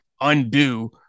undo